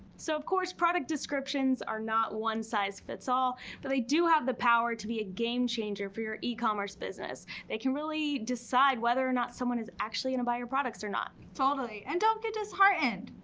so of course, product descriptions are not one size fits all, but they do have the power to be a game changer for your e-commerce business. they can really decide whether or not someone is actually gonna buy your products or not. totally, and don't get disheartened.